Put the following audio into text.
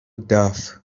دفع